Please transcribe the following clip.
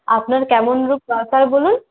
আপনার কেমন রুম দরকার বলুন